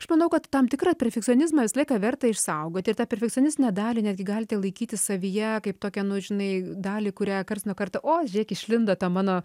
aš manau kad tam tikrą perfekcionizmą visą laiką verta išsaugoti ir tą perfekcionistinę dalį netgi galite laikyti savyje kaip tokia nu žinai dalį kurią karts nuo karto o žiūrėk išlindo ta mano